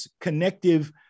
connective